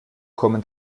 kommen